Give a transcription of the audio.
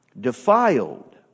defiled